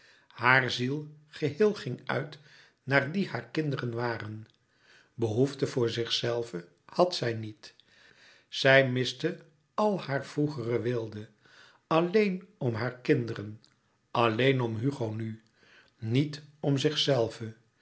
haar ziel geheel ging uit naar die haar kinderen waren behoefte voor zichzelve had zij niet zij miste al haar vroegere weelde alleen om hare kinderen alleen om hugo nu niet om zichzelve